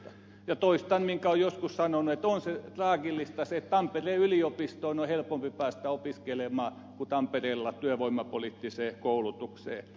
ja toistan minkä olen joskus sanonut että on se traagillista että tampereen yliopistoon on helpompi päästä opiskelemaan kuin tampereella työvoimapoliittiseen koulutukseen